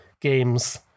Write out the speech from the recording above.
games